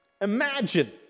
imagine